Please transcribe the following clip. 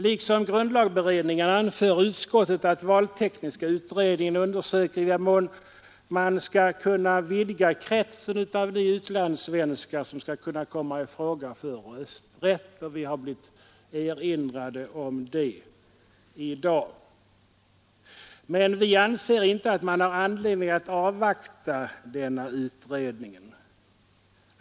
Liksom grundlagberedningen anför utskottet att valtekniska utredningen undersöker i vad mån man skall kunna vidga kretsen av de utlandssvenskar som skall kunna komma i fråga för rösträtt. Vi har blivit erinrade om det i dag. Men vi anser inte att man har anledning att avvakta denna utredning.